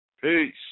Peace